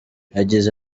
yagize